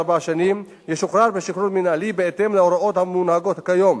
ארבע שנים ישוחרר שחרור מינהלי בהתאם להוראות הנוהגות כיום.